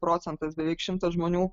procentas beveik šimtas žmonių